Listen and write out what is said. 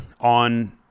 on